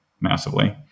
massively